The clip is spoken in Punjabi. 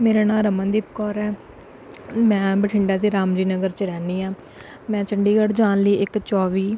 ਮੇਰਾ ਨਾਮ ਰਮਨਦੀਪ ਕੌਰ ਹੈ ਮੈਂ ਬਠਿੰਡਾ ਦੇ ਰਾਮ ਜੀ ਨਗਰ 'ਚ ਰਹਿੰਦੀ ਹਾਂ ਮੈਂ ਚੰਡੀਗੜ੍ਹ ਜਾਣ ਲਈ ਇੱਕ ਚੌਵੀ